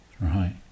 right